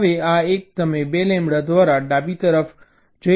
હવે આ એક તમે 2 લેમ્બડા દ્વારા ડાબી તરફ જઈ શકો છો